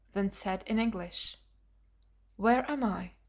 then said in english where am i?